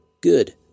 Good